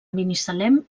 binissalem